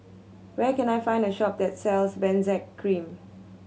where can I find a shop that sells Benzac Cream